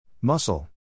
Muscle